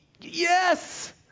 yes